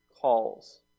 calls